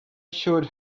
should